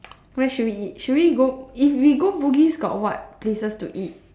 where should we eat should we go if we go bugis got what places to eat